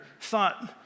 thought